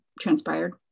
transpired